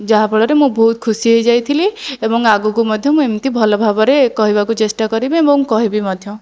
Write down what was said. ଯାହାଫଳରେ ମୁଁ ବହୁତ ଖୁସି ହେଇଯାଇଥିଲି ଏବଂ ଆଗକୁ ମଧ୍ୟ ମୁଁ ଏମିତି ଭଲ ଭାବରେ କହିବାକୁ ଚେଷ୍ଟା କରିବି ଏବଂ କହିବି ମଧ୍ୟ